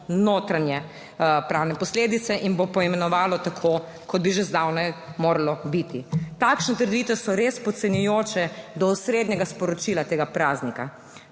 notranje pravne posledice in bo poimenovalo tako, kot bi že zdavnaj moralo biti. Takšne trditve so res podcenjujoče do osrednjega sporočila tega praznika.